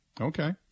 Okay